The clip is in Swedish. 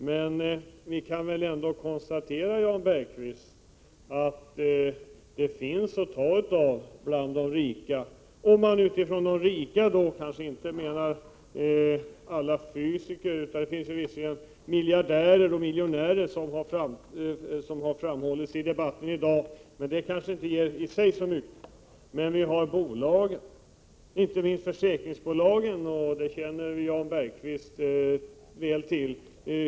Men vi kan väl ändå konstatera, Jan Bergqvist, att det finns att ta av bland de rika, om man med begreppet rika kanske inte bara menar fysiska personer. Visserligen finns det, som har framhållits tidigare i debatten här i dag, miljardärer och miljonärer. Att höja skatterna för dem kanske i sig inte ger så mycket. Men vi har ju bolagen, inte minst försäkringsbolagen, och situationen där känner ju Jan Bergqvist till.